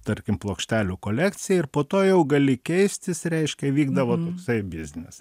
tarkim plokštelių kolekciją ir po to jau gali keistis reiškia vykdavo toksai biznis